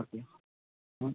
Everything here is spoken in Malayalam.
ഓക്കെ മ്